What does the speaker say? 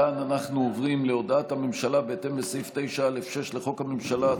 מכאן אנחנו עוברים להודעת הממשלה בהתאם לסעיף 9(א)(6) לחוק הממשלה,